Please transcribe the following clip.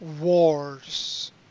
wars